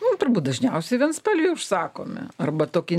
nu turbūt dažniausiai vienspalviai užsakomi arba tokie